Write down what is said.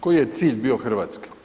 Koji je cilj bio Hrvatske?